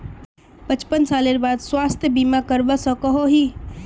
पचपन सालेर बाद स्वास्थ्य बीमा करवा सकोहो ही?